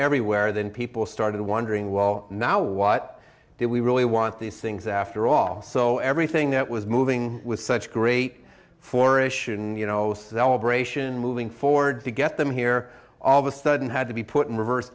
everywhere then people started wondering well now what did we really want these things after all so everything that was moving was such great for issuing you know celebration moving forward to get them here all of a sudden had to be put in reverse